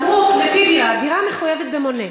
אמרו לפי דירה, הדירה מחויבת במונה.